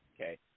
Okay